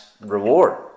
reward